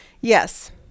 Yes